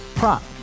Prop